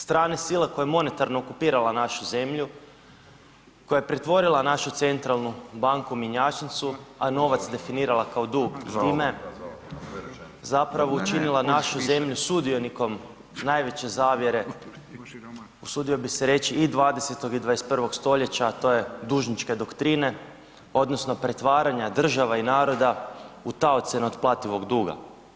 Strane sile koja je monetarno okupirala našu zemlju koja je pretvorila našu centralnu banku u mjenjačnicu a novac definirala kao dug i time zapravo učinila našu zemlju sudionikom najveće zavjere, usudio bih se reći i 20. i 21. stoljeća a to je dužničke doktrine odnosno pretvaranja država i naroda u taoce neotplativog duga.